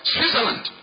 Switzerland